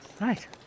Right